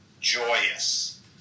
joyous